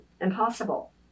impossible